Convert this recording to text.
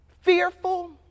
fearful